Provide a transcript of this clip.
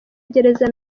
gereza